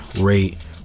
rate